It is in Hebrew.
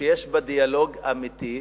שיש בה דיאלוג אמיתי,